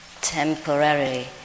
temporary